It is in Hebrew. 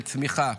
של צמיחה,